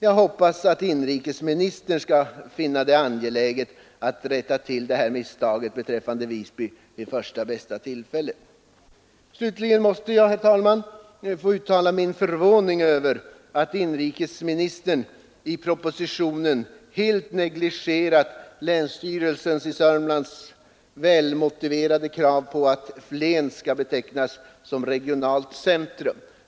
Jag hoppas att inrikesministern skall finna det angeläget att rätta till detta misstag beträffande Visby vid första bästa tillfälle. Slutligen måste jag, herr talman, nu få uttala min förvåning över att inrikesministern i propositionen helt negligerat det välmotiverade krav som länsstyrelsen i Södermanlands län framfört att Flen skall betecknas som regionalt centrum.